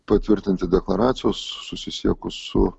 patvirtinti deklaracijos susisiekus su